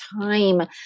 time